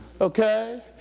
Okay